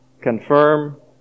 confirm